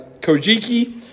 Kojiki